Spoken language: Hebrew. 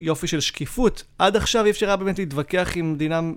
יופי של שקיפות. עד עכשיו אי אפשר היה באמת להתווכח עם מדינה...